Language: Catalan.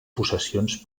possessions